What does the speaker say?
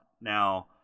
Now